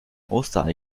osterei